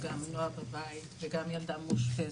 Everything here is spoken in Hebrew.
גם עם נועה בבית וגם ילדה מאושפזת,